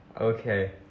Okay